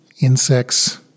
insects